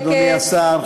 אדוני השר,